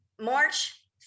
March